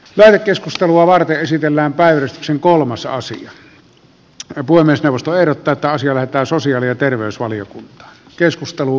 läänikeskustelua varten esitellään päivystyksen kolmas aasian tekee voimistelusta erotetaan syövän tai sosiaali ja terveysvaliokunta keskustelu